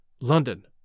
London